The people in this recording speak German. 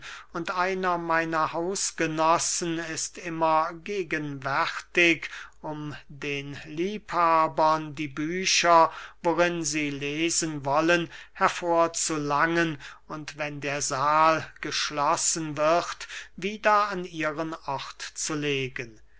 und einer meiner hausgenossen ist immer gegenwärtig um den liebhabern die bücher worin sie lesen wollen hervor zu langen und wenn der sahl geschlossen wird wieder an ihren ort zu legen